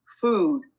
food